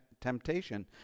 temptation